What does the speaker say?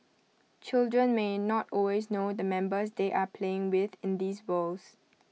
children may not always know the members they are playing with in these worlds